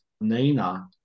Nina